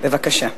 בבקשה.